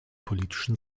politischen